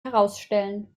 herausstellen